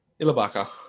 Ilabaka